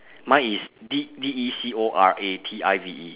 mine is D D E C O R A T I V E